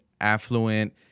affluent